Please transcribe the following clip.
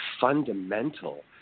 fundamental